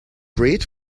great